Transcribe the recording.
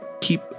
Keep